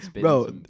bro